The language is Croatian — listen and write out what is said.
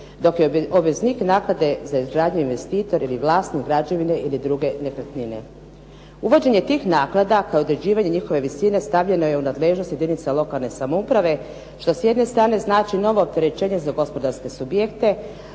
dok je obveznik naknade za izgradnju investitor ili vlasnik građevine ili druge nekretnine. Uvođenje tih naknada, kao i određivanje njihove visine stavljeno je u nadležnost jedinica lokalne samouprave, što s jedne strane znači novo opterećenje za gospodarske subjekte,